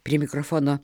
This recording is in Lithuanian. prie mikrofono